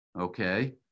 okay